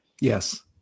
Yes